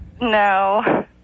No